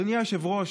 אדוני היושב-ראש,